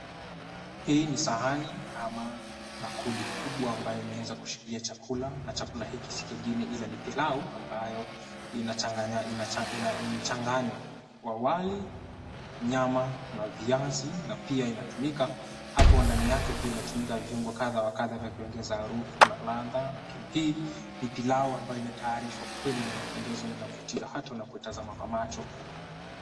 Hii ni sahani ama bakuli kubwa ambayo imeeza kushikilia chakula na chakula hiki si lingine ila ni pilau ambayo ni mchanganyo wa wali, nyama na viazi na pia inatumika hapo ndani yake pia inatumikwa viungo kadha wa kadha vya kuongeza harufu na ladha lakini hii ni pilau ambayo imetayarishwa kweli na inapendeza na inavutia hata unapo itazama kwa macho.